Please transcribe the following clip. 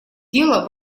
дело